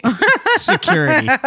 Security